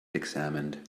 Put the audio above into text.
examined